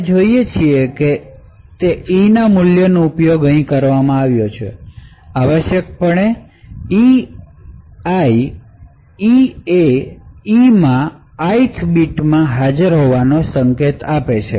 આપણે જોઈએ છીએ કે ઇ મૂલ્યનો ઉપયોગ અહીં કરવામાં આવ્યો છે આવશ્યકપણે ei ઇ એ e માં ith બીટ હાજર હોવાનો સંકેત આપે છે